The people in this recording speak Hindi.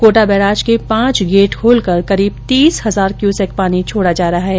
कोटा बैराज के पांच गेट खोलकर करीब तीस हजार क्यूसेक पानी छोड़ा जा रहा है